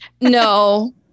no